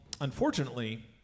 unfortunately